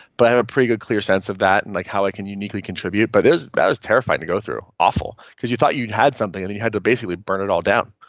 but i have a pretty good clear sense of that and like how i can uniquely contribute. but that was terrifying to go through. awful. because you thought you had something and you had to basically burn it all down,